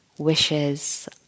wishes